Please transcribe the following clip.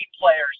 players